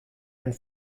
and